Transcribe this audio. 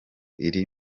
iri